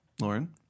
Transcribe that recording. lauren